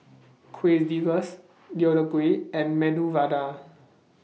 Quesadillas Deodeok Gui and Medu Vada